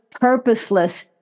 purposeless